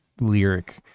lyric